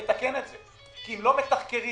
אז אנחנו נמצאים בתהליך של הידרדרות,